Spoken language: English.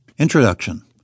Introduction